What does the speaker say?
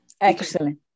Excellent